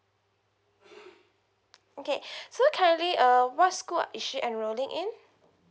okay so currently uh what school is she enrolling in